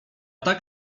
tak